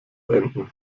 beenden